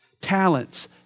Talents